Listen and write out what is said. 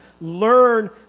learn